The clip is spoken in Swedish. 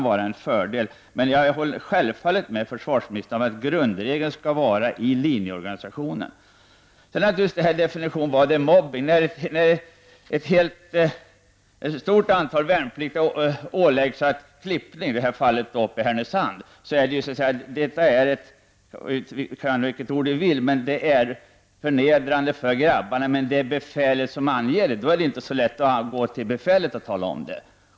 Jag håller självfallet med försvarsministern att grundregeln skall vara att ta itu med frågan inom linjeorganisationen. Då har vi naturligtvis detta med att definiera vad mobbning är. Vi hade t.ex. en situation i Härnösand där ett stort antal värnpliktiga ålades att klippa håret. Detta var förnedrande för grabbarna, men i det här fallet var det på befälets order. Då är det ju inte så lätt att gå till befälet och tala om mobbning.